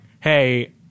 hey